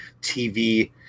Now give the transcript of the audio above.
TV